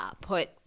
put